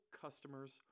customers